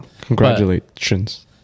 Congratulations